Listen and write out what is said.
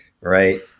right